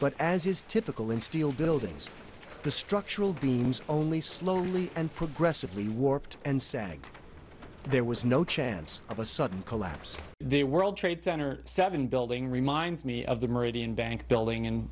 but as is typical in steel buildings the structural beams only slowly and progressively warped and sag there was no chance of a sudden collapse the world trade center seven building reminds me of the meridian bank building and